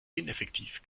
ineffektiv